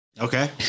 Okay